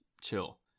chill